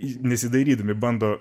į nesidairydami bando